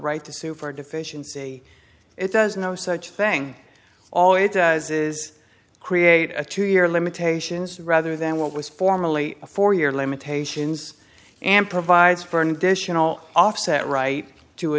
right to sue for a deficiency it does no such thing all it does is create a two year limitations rather than what was formally a four year limitations and provides for an additional offset right to a